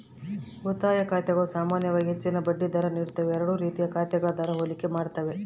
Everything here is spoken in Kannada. ಉಳಿತಾಯ ಖಾತೆಗಳು ಸಾಮಾನ್ಯವಾಗಿ ಹೆಚ್ಚಿನ ಬಡ್ಡಿ ದರ ನೀಡುತ್ತವೆ ಎರಡೂ ರೀತಿಯ ಖಾತೆಗಳ ದರ ಹೋಲಿಕೆ ಮಾಡ್ತವೆ